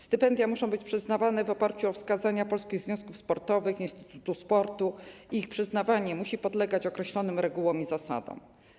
Stypendia muszą być przyznawane w oparciu o wskazania polskich związków sportowych, Instytutu Sportu i ich przyznawanie musi podlegać określonym regułom i zasadom.